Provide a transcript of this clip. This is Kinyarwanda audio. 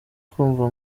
kumva